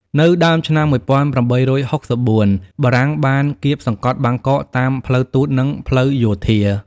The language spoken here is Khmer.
នៅដើមឆ្នាំ១៨៦៤ បារាំងបានគាបសង្កត់បាងកកតាមផ្លូវទូតនិងផ្លូវយោធា។